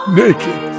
naked